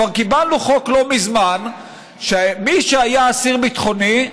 כבר קיבלנו חוק לא מזמן שמי שהיה אסיר ביטחוני,